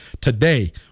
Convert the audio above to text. today